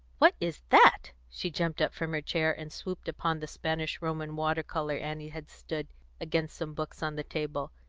what is that? she jumped from her chair, and swooped upon the spanish-roman water-colour annie had stood against some books on the table,